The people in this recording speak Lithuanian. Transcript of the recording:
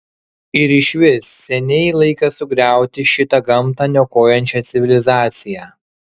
ir išvis seniai laikas sugriauti šitą gamtą niokojančią civilizaciją